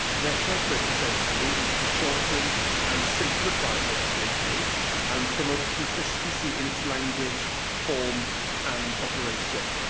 their purpose, essentially, is to shorten and simplify legislation and promote consistency in its language, form and operation.